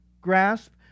grasp